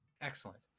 Excellent